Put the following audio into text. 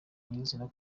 nyir’izina